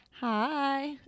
Hi